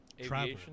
travel